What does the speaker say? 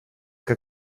que